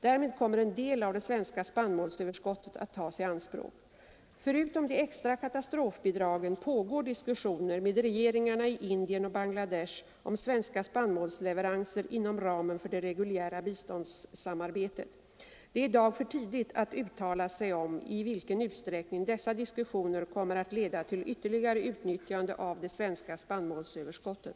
Därmed kommer en del av det svenska spannmålsöverskottet att tas i anspråk. Förutom de extra katastrofbidragen pågår diskussioner med regeringarna i Indien och Bangladesh om svenska spannmålsleveranser inom ramen för det reguljära biståndssamarbetet. Det är i dag för tidigt att uttala sig om i vilken utsträckning dessa diskussioner kommer att leda till ytterligare utnyttjande av det svenska spannmålsöverskottet.